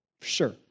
Sure